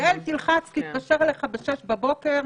יעל תלחץ, תתקשר אליך בשש בבוקר,